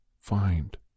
find